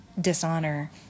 dishonor